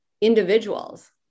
individuals